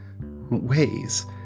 ways